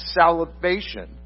salvation